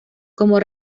como